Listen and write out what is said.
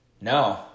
No